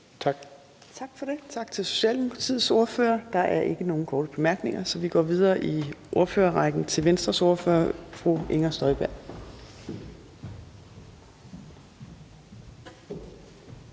(Trine Torp): Tak til Socialdemokratiets ordfører. Der er ikke nogen korte bemærkninger, så vi går videre i ordførerrækken til Venstres ordfører, fru Inger Støjberg.